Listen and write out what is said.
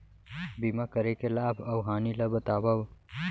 बीमा करे के लाभ अऊ हानि ला बतावव